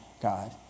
God